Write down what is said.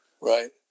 Right